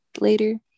later